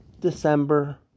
December